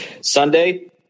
Sunday